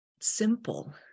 simple